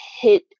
hit